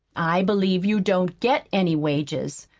i believe you don't get any wages.